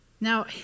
Now